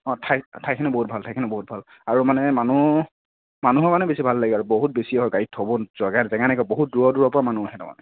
ঠাই ঠাইখিনি বহুত ভাল ঠাইখিনি বহুত ভাল আৰু মানে মানুহ মানুহ হয় মানে বেছি ভাল লাগে আৰু বহুত বেছি হয় গাড়ী থ'ব জাগা নাথাকে জাগা নাইকিয়া বহুত দূৰৰ দূৰৰ পৰা মানুহ আহে তাৰমানে